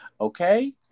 okay